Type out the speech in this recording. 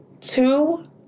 two